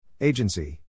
Agency